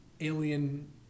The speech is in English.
alien